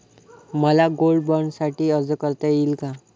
मला गोल्ड बाँडसाठी अर्ज करता येईल का?